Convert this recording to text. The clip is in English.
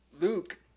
Luke